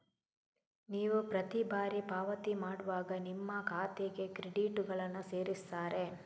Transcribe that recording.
ನೀವು ಪ್ರತಿ ಬಾರಿ ಪಾವತಿ ಮಾಡುವಾಗ ನಿಮ್ಮ ಖಾತೆಗೆ ಕ್ರೆಡಿಟುಗಳನ್ನ ಸೇರಿಸ್ತಾರೆ